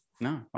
No